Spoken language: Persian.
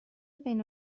بین